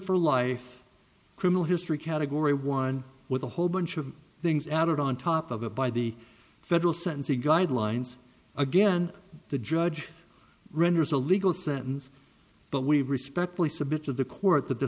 for life criminal history category one with a whole bunch of things added on top of it by the federal sentencing guidelines again the judge renders a legal sentence but we respectfully submit to the court that the